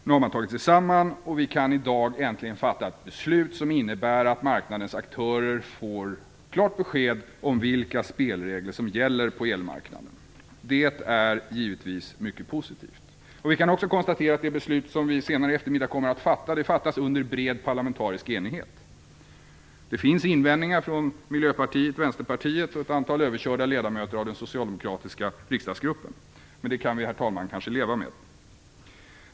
Nu har man tagit sig samman, och vi kan i dag äntligen fatta ett beslut som innebär att marknadens aktörer får klart besked om vilka spelregler som gäller på elmarknaden. Det är givetvis mycket positivt. Vi kan också konstatera att det beslut som vi fattar senare i eftermiddag kommer att fattas under bred parlamentarisk enighet. Det finns invändningar från Miljöpartiet och Vänsterpartiet samt ett antal överkörda ledamöter av den socialdemokratiska riksdagsgruppen, men det kan vi kanske, herr talman, leva med.